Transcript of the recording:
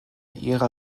ihrer